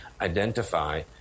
identify